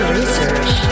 research